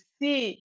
see